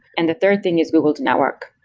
and the third thing is google's network.